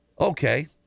okay